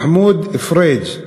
מחמוד פריג',